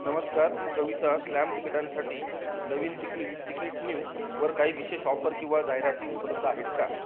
नमस्कार कविता स्लॅम तिकिटांसाठी नवीन तिकिट तिकिटन्यू वर काही विशेष ऑफर किंवा जाहिराती उपलब्ध आहेत का